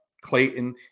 Clayton